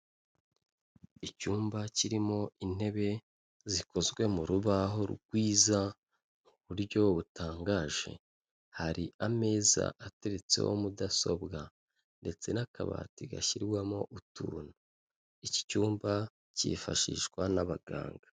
Icyumba kirimo intebe zikozwe mu rubaho rwiza mu buryo butangaje, hari ameza ateretseho mudasobwa ndetse n'akabati gashyirwamo utuntu, iki cyumba cyifashishwa n'abaganga.